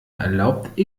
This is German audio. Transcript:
erlaubt